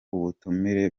ubutumire